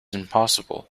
impossible